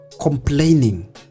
complaining